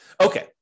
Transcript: Okay